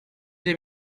des